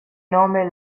nome